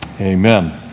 Amen